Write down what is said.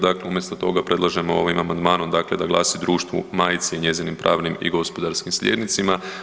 Dakle, umjesto toga predlažemo ovim amandmanom dakle da glasi društvu majci i njezinim pravnim i gospodarskim slijednicima.